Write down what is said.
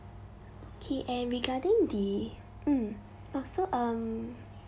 okay and regarding the mm oh so um